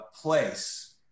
Place